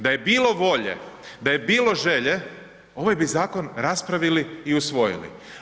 Da je bilo volje, da je bilo želje ovaj bi zakon raspravili i usvojili.